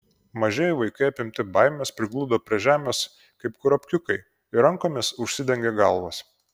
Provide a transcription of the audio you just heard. mažieji vaikai apimti baimės prigludo prie žemės kaip kurapkiukai ir rankomis užsidengė galvas